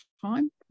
time